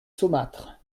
saumâtre